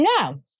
No